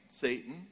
Satan